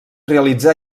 realitzà